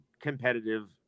competitive